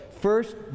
first